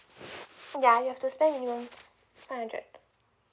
yeah you have to spend minimum hundred